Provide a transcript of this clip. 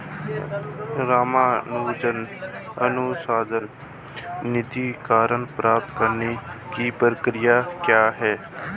रामानुजन अनुसंधान निधीकरण प्राप्त करने की प्रक्रिया क्या है?